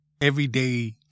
everyday